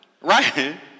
Right